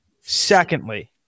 Secondly